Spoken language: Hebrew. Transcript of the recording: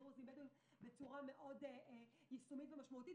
דרוזים ובדואים בצורה מאוד יישומית ומשמעותית.